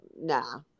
Nah